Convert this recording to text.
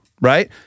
right